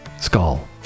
skull